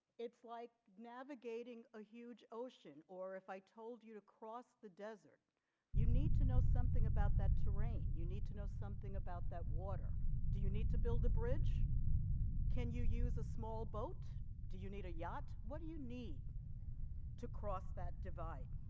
it's like navigating a huge ocean or if i told you to cross the desert you need to know something about that terrain you need to know something about that water do you need to build a bridge can you use a small boat do you need a yacht what do you need to cross that divide